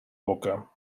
boca